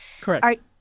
correct